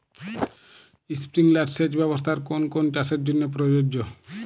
Sprinkler সেচ ব্যবস্থার কোন কোন চাষের জন্য প্রযোজ্য?